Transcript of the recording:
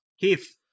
Keith